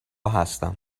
هستم